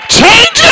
Change